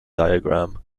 diagram